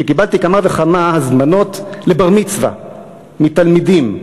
שקיבלתי כמה וכמה הזמנות לבר-מצווה מתלמידים.